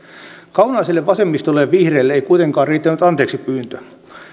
kaunaisille vasemmistolle ja vihreille ei kuitenkaan riittänyt anteeksipyyntö